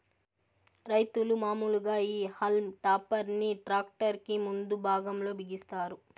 రైతులు మాములుగా ఈ హల్మ్ టాపర్ ని ట్రాక్టర్ కి ముందు భాగం లో బిగిస్తారు